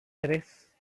tres